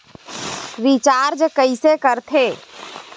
Recharge कइसे कर थे?